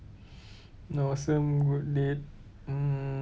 awesome good deed mm